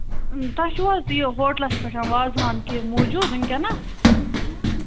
تۄہہِ چھُو حظ یہِ ہوٹلَس پٮ۪ٹھ وازٕوان کیٚنٛہہ موٗجوٗد وُنکٮ۪نَس